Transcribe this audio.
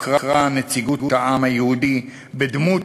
הוכרה נציגות העם היהודי, בדמות